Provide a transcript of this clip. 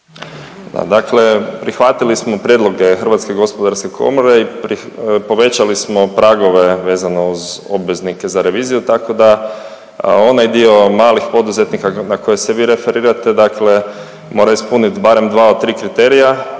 dakle, prihvatili smo prijedloge Hrvatske gospodarske komore i povećali smo pragove vezano uz obveznike za reviziju, tako da onaj dio malih poduzetnika na koje se vi referirate, dakle mora ispuniti barem dva od tri kriterija.